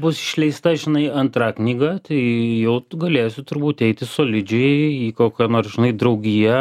bus išleista žinai antra knyga tai jau tu galėsi turbūt eiti solidžiai į kokią nors žinai draugiją